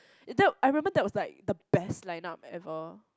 that I remember that was like the best line up ever